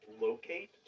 locate